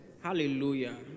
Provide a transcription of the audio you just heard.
Hallelujah